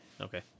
Okay